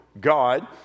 god